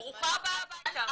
ברוכה הבאה הביתה.